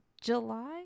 July